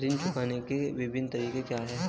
ऋण चुकाने के विभिन्न तरीके क्या हैं?